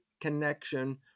connection